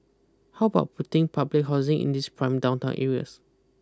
how about putting public housing in these prime downtown areas